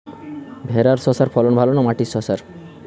ভেরার শশার ফলন ভালো না মাটির শশার?